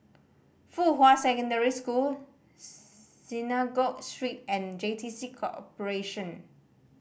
Fuhua Secondary School Synagogue Street and J T C Corporation